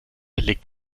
legt